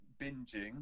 binging